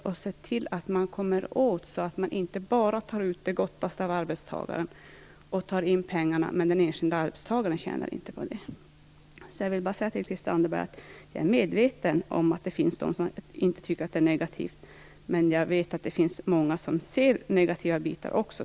Det gäller att komma åt det, så att man inte bara tar ut det "gottaste" av arbetstagaren och tar in pengar, medan den enskilde arbetstagaren inte tjänar på det. Christel Anderberg, jag är medveten om att det finns de som inte tycker att det här är negativt, men jag vet att det också finns många som ser negativa bitar.